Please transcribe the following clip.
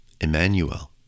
emmanuel